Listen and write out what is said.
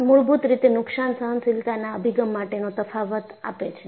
આ મૂળભૂત રીતે નુકશાન સહનશીલતાના અભિગમ માટેનો તફાવત આપે છે